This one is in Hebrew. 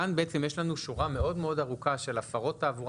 כאן בעצם יש לנו שורה מאוד מאוד ארוכה של הפרות תעבורה